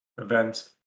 event